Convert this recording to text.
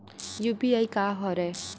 UPI का हरय?